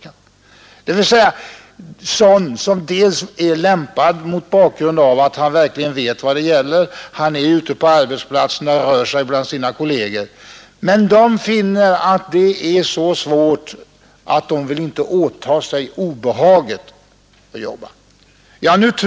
Vad man behöver är en person som dels är lämpad mot bakgrunden av att han fullständigt vet vad det gäller och som dels är ute på arbetsplatsen och vet vad som händer där. De anställda anser att detta arbete är så svårt, att man inte vill åta sig obehaget att jobba med denna sak.